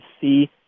see